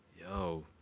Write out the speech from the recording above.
Yo